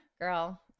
girl